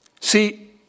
See